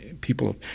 people